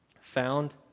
found